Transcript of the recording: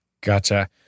gotcha